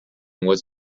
was